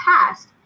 past